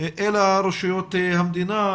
אל רשויות המדינה,